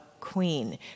queen